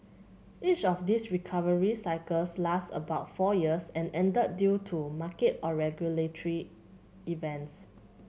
each of these recovery cycles lasted about four years and ended due to market or regulatory events